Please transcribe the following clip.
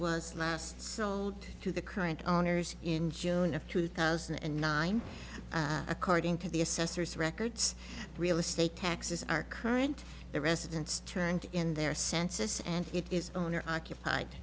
last sold to the current owners in june of two thousand and nine according to the assessor's records real estate taxes are current the residents turned in their census and it is owner occupied